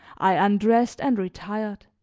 i undressed and retired